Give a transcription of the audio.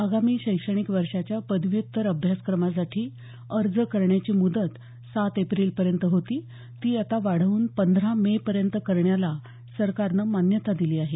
आगामी शैक्षणिक वर्षाच्या पदव्युत्तर अभ्यासक्रमासाठी अर्ज करण्याची मुदत सात एप्रिलपर्यंत होती ती आता वाढवून पंधरा मे पर्यंत करण्याला सरकारनं मान्यता दिली आहे